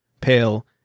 pale